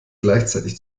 gleichzeitig